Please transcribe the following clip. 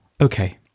Okay